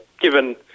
given